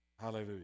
Hallelujah